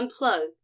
unplug